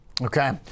Okay